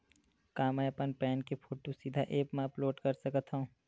का मैं अपन पैन के फोटू सीधा ऐप मा अपलोड कर सकथव?